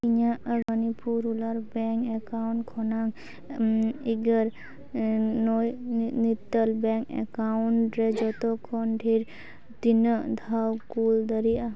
ᱤᱧᱟᱹᱜ Manipur rural bank account ᱠᱷᱚᱱᱟᱜ ᱤᱜᱟᱹᱨ ᱱᱚᱭ ᱱᱤᱛᱟᱹᱞ ᱵᱮᱝᱠ ᱮᱠᱟᱣᱩᱴ ᱨᱮ ᱡᱚᱛᱚᱠᱷᱚᱱ ᱰᱷᱮᱨ ᱛᱤᱱᱟᱹᱜ ᱫᱷᱟᱣ ᱠᱩᱞ ᱫᱟᱲᱮᱭᱟᱜᱼᱟ